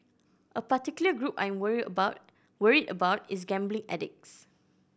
a particular group I'm worry about worried about is gambling addicts